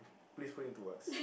please put into words